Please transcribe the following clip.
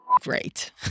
great